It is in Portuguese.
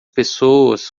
pessoas